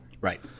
Right